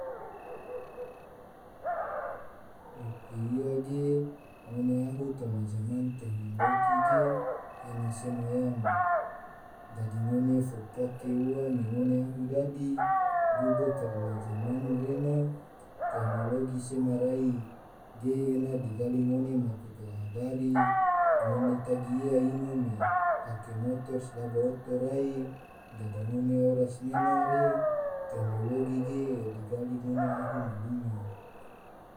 Yuke ia ge ngone ahu toma zaman teknologi ge ena sema yang, dadi ngone fo pake ua me ngone ahu dadi, duga karanna zaman re na teknologi sema rai ge ena digali ngone maku to habari, ngone tagi ia ino me pake motor sodaba oto rai, dadi ngone oras nena re teknologi ge yo digali ngone ahu malinga.